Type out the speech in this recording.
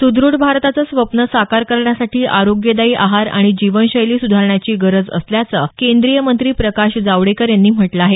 सुदुढ भारताचं स्वप्न साकार करण्यासाठी आरोग्यदायी आहार आणि जीवनशैली सुधारण्याची गरज असल्याचं केंद्रीय मंत्री प्रकाश जावडेकर यांनी म्हटलं आहे